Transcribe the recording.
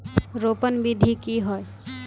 रोपण विधि की होय?